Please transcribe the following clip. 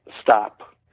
stop